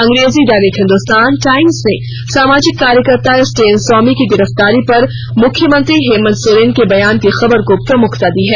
अंग्रेजी दैनिक हिंदुस्तान टाइम्स ने सामाजिक कार्यकर्ता स्टेन स्वामी की गिरफ्तारी पर मुख्यमंत्री हेमंत सोरेन के बयान की खबर को प्रमुखता दी है